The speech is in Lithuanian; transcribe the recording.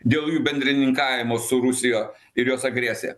dėl jų bendrininkavimo su rusija ir jos agresiją